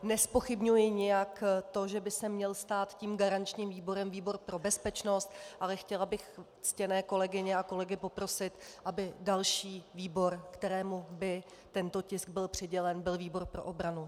Nezpochybňuji nijak to, že by se měl stát garančním výborem výbor pro bezpečnost, ale chtěla bych ctěné kolegyně a kolegy poprosit, aby další výbor, kterému by tento tisk byl přidělen, byl výbor pro obranu.